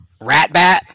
Ratbat